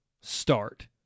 start